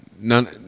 none